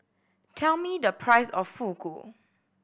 tell me the price of Fugu